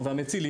מיכל,